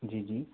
जी जी